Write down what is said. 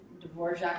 Dvorak